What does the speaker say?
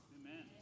Amen